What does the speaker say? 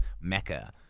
mecca